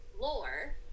Lore